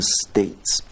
states